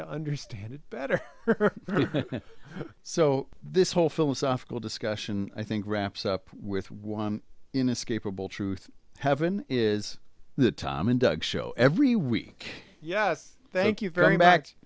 to understand it better so this whole philosophical discussion i think wraps up with one inescapable truth heaven is the time in doug's show every week yes thank you very back